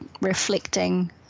reflecting